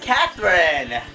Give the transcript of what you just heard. Catherine